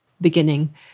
beginning